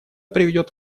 приведет